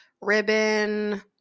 ribbon